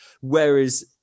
Whereas